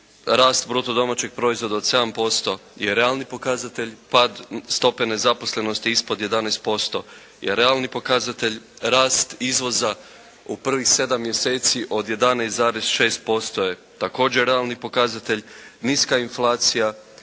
rast bruto domaćeg proizvoda od 7% je realni pokazatelj, pad stope nezaposlenosti ispod 11% je realni pokazatelj. Rast izvoza u prvih 7 mjeseci od 11,6% je također realni pokazatelj, niska inflacija,